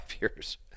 years